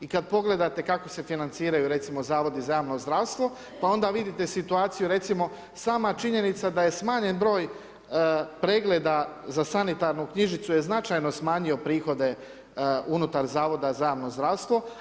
I kada pogledate kako se financiraju, recimo zavodi za javno zdravstvo, pa onda vidite situaciju, recimo sama činjenica da je smanjen broj pregleda za sanitarnu knjižnicu je značajno smanjio prihode unutar Zavoda za javno zdravstvo.